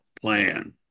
plan